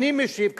אני משיב כרגע.